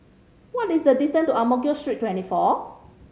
what is the distance to Ang Mo Kio Street Twenty four